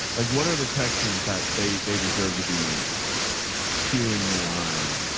like what are the texans that they they deserve to be skewing the line?